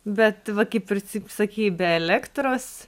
bet va kaip ir taip sakei be elektros